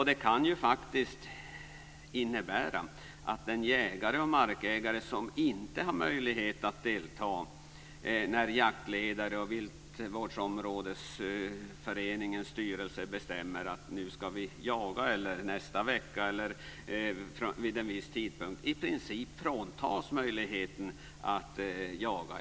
Den jägare och markägare som av olika anledningar inte har möjlighet att delta när jaktledare och viltvårdsområdesföreningens styrelse beslutar vid vilken tidpunkt man ska jaga fråntas i princip möjligheten att jaga.